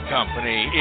Company